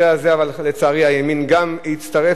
אבל לצערי גם הימין הצטרף,